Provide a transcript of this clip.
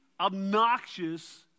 obnoxious